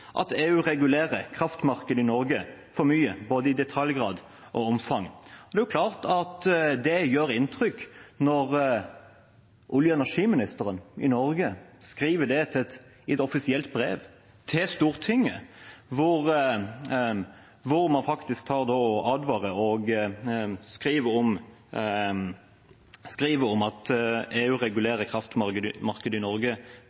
at EU regulerer kraftmarkedet i Norge for mye både når det gjelder detaljgrad og omfang. Det er klart at det gjør inntrykk når olje- og energiministeren i Norge skriver det i et offisielt brev til Stortinget, hvor man faktisk da advarer og skriver at EU regulerer kraftmarkedet i Norge